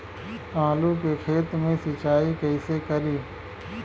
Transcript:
आलू के खेत मे सिचाई कइसे करीं?